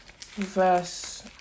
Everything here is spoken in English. verse